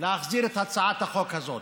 להחזיר את הצעת החוק הזאת.